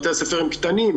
בתי הספר הם קטנים.